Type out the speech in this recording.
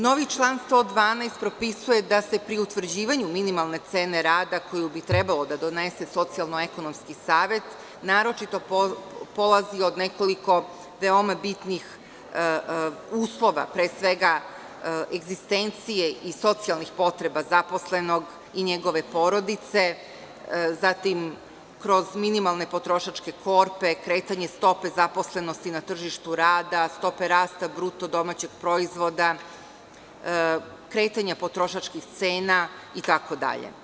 Novi član 112. propisuje da se pri utvrđivanju minimalne cene rada koju bi trebalo da donese Socijalno ekonomski savet, naročito polazi od nekoliko veoma bitnih uslova, pre svega egzistencije i socijalnih potreba zaposlenog i njegove porodice, zatim kroz minimalne potrošačke korpe, kretanje stope zaposlenosti na tržištu rada, stope rasta BDP, kretanje potrošačkih cena itd.